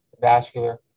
Vascular